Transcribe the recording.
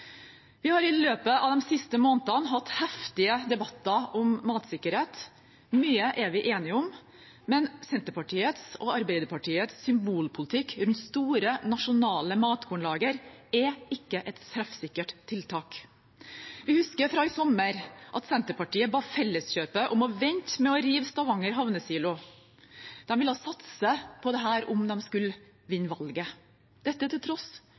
Vi har i løpet av de siste månedene hatt heftige debatter om matsikkerhet. Mye er vi enige om, men Senterpartiets og Arbeiderpartiets symbolpolitikk rundt store nasjonale matkornlager er ikke et treffsikkert tiltak. Vi husker fra i sommer at Senterpartiet ba Felleskjøpet om å vente med å rive Stavanger Havnesilo. De ville satse på dette om de skulle vinne valget – dette til tross